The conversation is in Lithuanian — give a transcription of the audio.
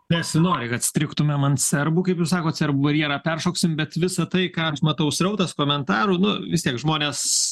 nesinori kad strigtumėm ant serbų kaip jūs sakot serbų barjerą peršoksim bet visa tai ką matau srautas komentarų nu vis tiek žmonės